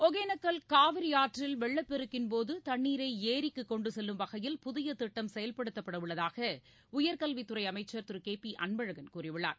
ஒகேனக்கல் காவிரி ஆற்றில் வெள்ளப்பெருக்கின் போது தண்ணீரை ஏரிகளுக்கு கொண்டு செல்லும் வகையில் புதிய திட்டம் செயல்படுத்தப்படவுள்ளதாக உயர்கல்வித் துறை அமைச்சர் திரு கே பி அன்பழகன் கூறியுள்ளார்